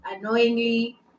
annoyingly